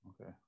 okay